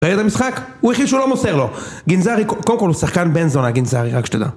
ראית את המשחק? הוא החליט שהוא לא מוסר לו. גנזרי, קודם כל הוא שחקן בנזונה גנזרי, רק שתדע.